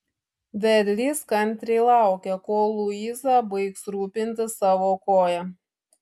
vedlys kantriai laukė kol luiza baigs rūpintis savo koja